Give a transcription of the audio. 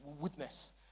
witness